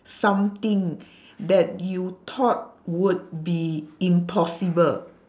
something that you thought would be impossible